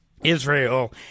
Israel